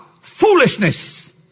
Foolishness